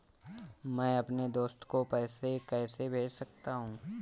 मैं अपने दोस्त को पैसे कैसे भेज सकता हूँ?